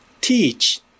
teach